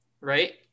Right